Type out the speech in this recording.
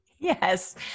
Yes